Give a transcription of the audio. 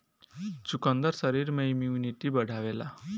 चुकंदर शरीर में इमुनिटी बढ़ावेला